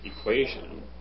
equation